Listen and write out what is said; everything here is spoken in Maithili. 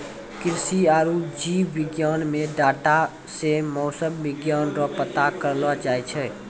कृषि आरु जीव विज्ञान मे डाटा से मौसम विज्ञान रो पता करलो जाय छै